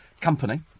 company